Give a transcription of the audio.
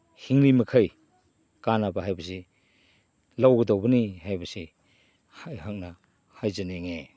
ꯍꯤꯡꯂꯤ ꯃꯈꯩ ꯀꯥꯟꯅꯕ ꯍꯥꯏꯕꯁꯤ ꯂꯧꯒꯗꯧꯕꯅꯤ ꯍꯥꯏꯕꯁꯤ ꯑꯩꯍꯥꯛꯅ ꯍꯥꯏꯖꯅꯤꯡꯏ